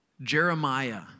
Jeremiah